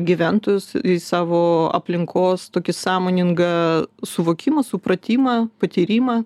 gyventojus į savo aplinkos tokį sąmoningą suvokimą supratimą patyrimą